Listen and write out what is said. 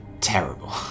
terrible